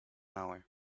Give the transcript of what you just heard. hour